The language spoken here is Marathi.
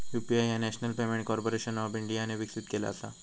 यू.पी.आय ह्या नॅशनल पेमेंट कॉर्पोरेशन ऑफ इंडियाने विकसित केला असा